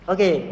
Okay